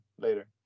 later